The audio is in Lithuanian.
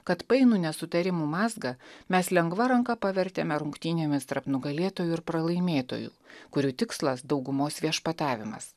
kad painų nesutarimų mazgą mes lengva ranka pavertėme rungtynėmis tarp nugalėtojų ir pralaimėtojų kurių tikslas daugumos viešpatavimas